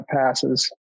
passes